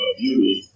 beauty